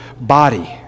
body